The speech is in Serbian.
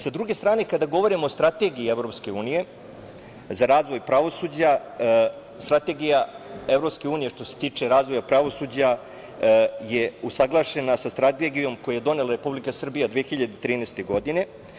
Sa druge strane, kada govorimo o Strategiji EU za razvoj pravosuđa, Strategija EU što se tiče razvoja pravosuđa je usaglašena sa Strategijom koju je donela Republika Srbija 2013. godine.